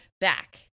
back